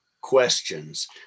questions